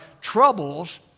troubles